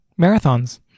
marathons